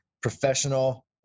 professional